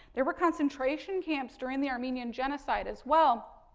there were concentration camps during the armenian genocide as well.